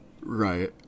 Right